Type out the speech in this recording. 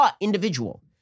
individual